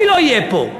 מי לא יהיה פה?